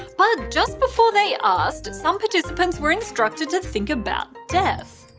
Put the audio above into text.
but just before they asked, some participants were instructed to think about death.